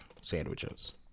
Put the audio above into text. sandwiches